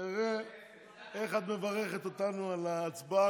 נראה איך את מברכת אותנו על ההצבעה